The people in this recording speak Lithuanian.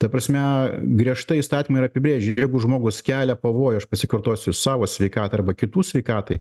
ta prasme griežtai įstatymai yra apibrėžę jeigu žmogus kelia pavojų aš pasikartosiu savo sveikatai arba kitų sveikatai